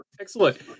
Excellent